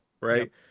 right